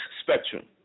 spectrum